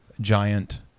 giant